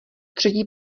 třetí